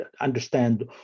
understand